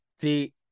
See